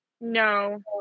No